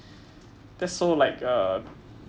that's so like uh